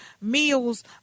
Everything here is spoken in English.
meals